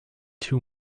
too